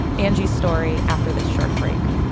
angie's story, after this short break.